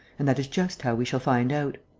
and that is just how we shall find out.